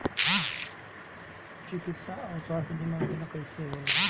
चिकित्सा आऊर स्वास्थ्य बीमा योजना कैसे होला?